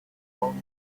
formed